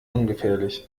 ungefährlich